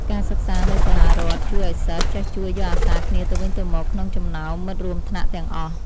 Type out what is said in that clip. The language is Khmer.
ការសិក្សានៅសាលារដ្ឋជួយឱ្យសិស្សចេះជួយយកអាសាគ្នាទៅវិញទៅមកក្នុងចំណោមមិត្តរួមថ្នាក់ទាំងអស់។